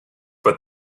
but